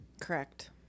correct